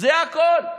זה הכול.